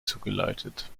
zugeleitet